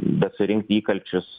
be surinkti įkalčius